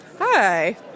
Hi